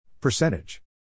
Percentage